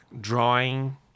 drawing